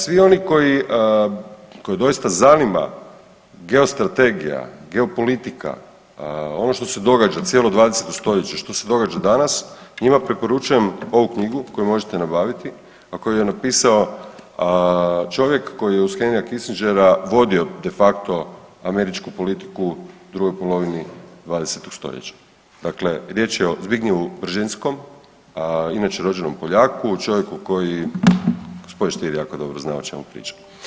A svi oni koji koje doista zanima geostrategija, geopolitika ono što se događa cijelo 20. stoljeće, što se događa danas njima preporučujem ovu knjigu koju možete nabaviti, a koju je napisao čovjek koji je uz Henrya Kissingera vodio de facto američku politiku u drugoj polovini 20. stoljeća, dakle riječ je Zbigniewu Brzezinskom inače rođenom Poljaku, čovjeku koji g. Stier jako dobro zna o čemu pričam.